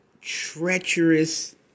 treacherous